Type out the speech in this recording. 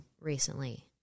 recently